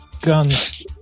Guns